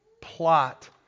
plot